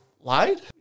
lied